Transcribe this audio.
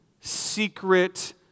secret